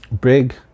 big